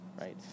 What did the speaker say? right